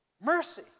Mercy